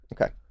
Okay